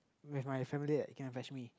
with my family that come and fetch me